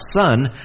son